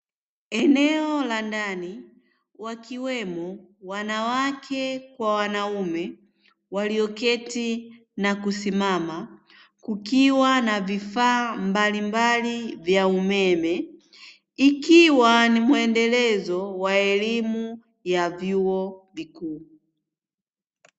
Eneo la ndani wakiwemo wanawake kwa wanaume walioketi na kusimama kukiwa na vifaa mbalimbali vya umeme, ikiwa ni muendelezo wa elimu ya vyuo vikuu.